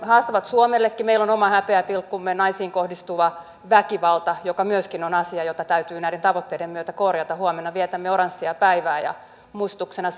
haastavat suomellekin meillä on oma häpeäpilkkumme naisiin kohdistuva väkivalta joka myöskin on asia jota täytyy näiden tavoitteiden myötä korjata huomenna vietämme oranssia päivää muistutuksena